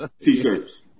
t-shirts